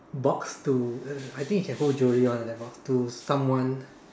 box to uh I think it can hold jewelry [one] lah that box to someone